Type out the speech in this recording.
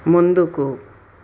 ముందుకు